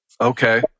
Okay